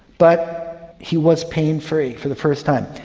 but he was pain free for the first time.